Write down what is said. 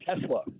Tesla